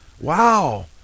Wow